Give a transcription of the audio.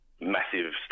massive